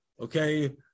okay